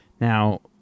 Now